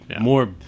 more